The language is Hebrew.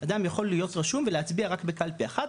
אדם יכול להיות רשום ולהצביע רק בקלפי אחד,